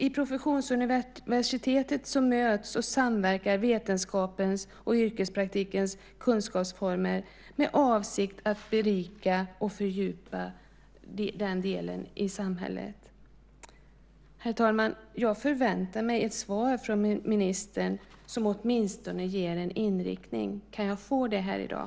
I professionsuniversitet möts och samverkar vetenskapens och yrkespraktikens kunskapsformer med avsikt att berika och fördjupa den delen i samhället. Herr talman! Jag förväntar mig ett svar från ministern som åtminstone ger en inriktning. Kan jag få det här i dag?